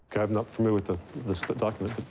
kind of not familiar with ah this document.